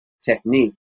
technique